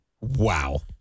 Wow